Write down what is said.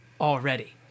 already